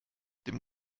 dem